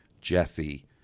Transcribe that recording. Jesse